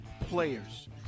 players